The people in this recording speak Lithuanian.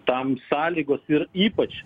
tam sąlygos ir ypač